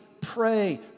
pray